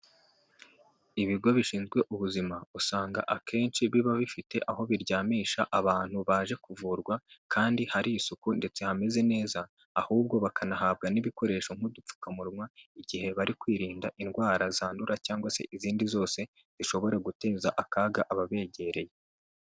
Ibigo bishinzwe ubuzima usanga akenshi biba bifite aho biryamisha abantu baje kuvurwa kandi hari isuku ndetse hameze neza ahubwo bakanahabwa n'ibikoresho nk'udupfukamunwa igihe bari kwirinda indwara zandura cyangwa se izindi zose zishobora guteza akaga ababegereye.